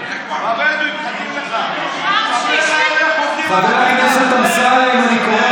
העיקר בנט נוסע בשיירה.